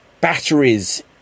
batteries